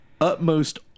utmost